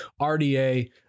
RDA